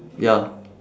ya